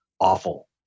awful